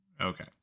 Okay